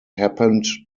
happened